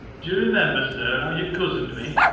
do you remember, sir, how you cozened me,